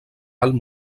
alt